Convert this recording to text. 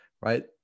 right